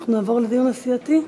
אנחנו נעבור לדיון סיעתי,